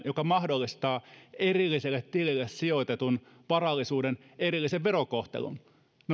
joka mahdollistaa erilliselle tilille sijoitetun varallisuuden erillisen verokohtelun